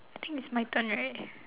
I think it's my turn right